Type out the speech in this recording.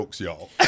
y'all